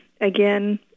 again